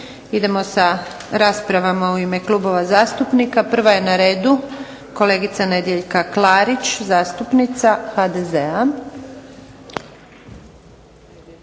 Idemo sa raspravama u ime klubova zastupnika. Prva je na redu kolegica Nedjeljka Klarić, zastupnica HDZ-a.